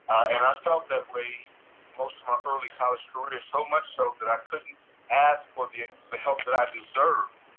and i felt that way most of my early college career. so much so, that i couldn't ask for the the help that i deserved.